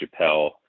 Chappelle